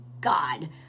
God